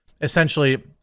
essentially